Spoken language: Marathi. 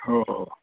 हो हो